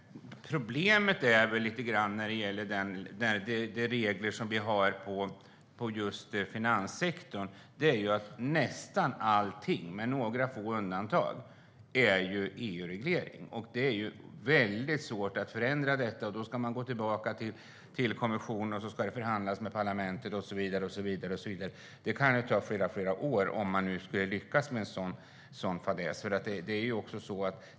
Herr talman! Problemet med de regler som vi har inom finanssektorn är att nästan allting - med några få undantag - är EU-reglering. Det är väldigt svårt att förändra den. Då ska man gå till EU-kommissionen och sedan ska det förhandlas med parlamentet och så vidare. Det kan ta flera år, om man nu skulle lyckas med det.